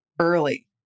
early